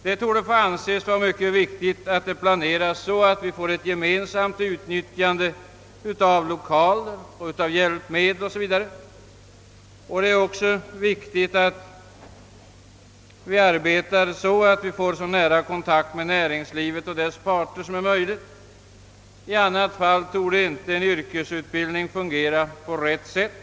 Det torde få anses som mycket viktigt att vi planerar för ett gemensamt utnyttjande av lokaler, hjälpmedel 0. s. v., liksom att vi arbetar så att vi får så nära kontakt med näringslivets parter som möjligt; i annat fall lär inte en yrkesutbildning fungera på rätt sätt.